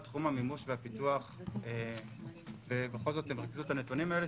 תחום המימוש והפיתוח ובכל זאת הם ריכזו את הנתונים האלו,